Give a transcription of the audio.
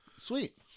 Sweet